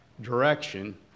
direction